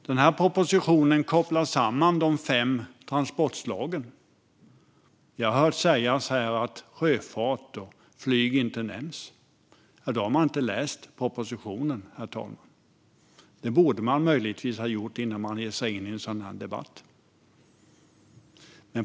Den här propositionen kopplar samman de fem transportslagen. Jag har hört sägas här att sjöfart och flyg inte nämns, men om man säger det har man inte läst propositionen, herr talman. Det borde man möjligtvis göra innan man ger sig in i en sådan här debatt.